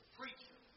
preacher